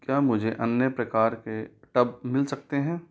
क्या मुझे अन्य प्रकार के टब मिल सकते हैं